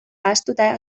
ahaztuta